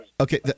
Okay